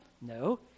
No